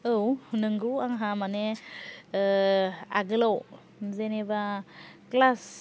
औ नोंगौ आंहा माने आगोलाव जेनोबा क्लास